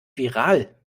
viral